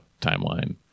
timeline